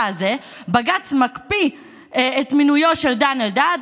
הזה: בג"ץ מקפיא את מינויו של דן אלדד,